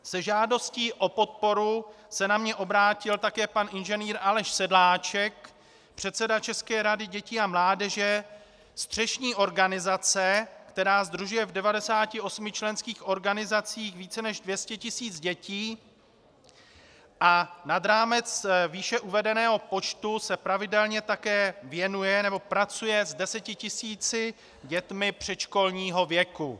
Se žádostí o podporu se na mě obrátil také pan Ing. Aleš Sedláček, předseda České rady dětí a mládeže, střešní organizace, která sdružuje v 98 členských organizacích více než 200 tisíc dětí a nad rámec výše uvedeného počtu se pravidelně také věnuje nebo pracuje s desetitisíci dětmi předškolního věku.